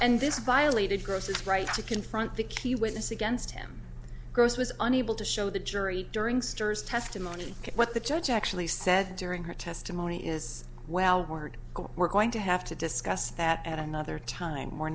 and this violated gross's right to confront the key witness against him gross was unable to show the jury during stirrers testimony what the judge actually said during her testimony is well word we're going to have to discuss that at another time we're